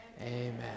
Amen